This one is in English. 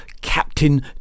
Captain